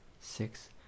six